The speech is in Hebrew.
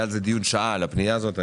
היה דיון שנמשך שעה על הפנייה הזאת.